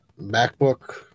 MacBook